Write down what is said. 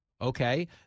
Okay